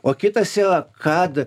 o kitas yra kad